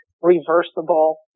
reversible